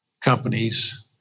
companies